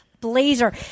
blazer